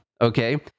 Okay